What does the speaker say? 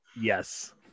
Yes